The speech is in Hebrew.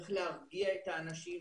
צריך להרגיע את האנשים,